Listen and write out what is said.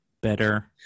better